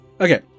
Okay